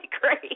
great